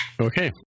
Okay